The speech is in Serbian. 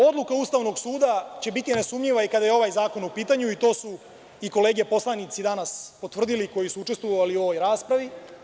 Odluka Ustavnog suda će biti nesumnjiva i kada je ovaj zakon u pitanju i to su i kolege poslanici danas potvrdili, koji su učestvovali u ovoj raspravi.